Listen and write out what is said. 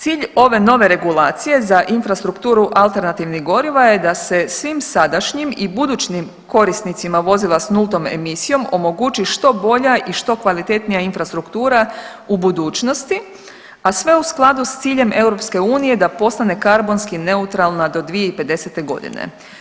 Cilj ove nove regulacije za infrastrukturu alternativnih goriva je da se svim sadašnjim i budućim korisnicima vozilima sa nultom emisijom omogući što bolja i što kvalitetnija infrastruktura u budućnosti, a sve u skladu sa ciljem EU da postane karbonski neutralna do 2050. godine.